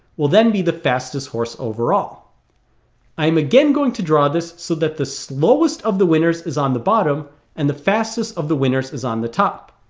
will then be the fastest horse overall i am again going to draw this so that the slowest of the winners is on the bottom and the fastest of the winners is on the top